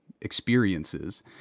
experiences